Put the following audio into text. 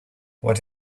what